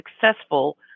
successful